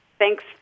Thanks